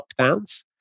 lockdowns